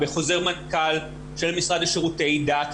בחוזר מנכ"ל של המשרד לשירותי דת,